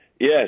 Yes